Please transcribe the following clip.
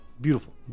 beautiful